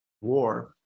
war